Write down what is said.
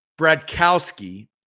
Bradkowski